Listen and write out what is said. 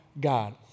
God